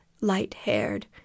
Light-haired